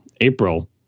April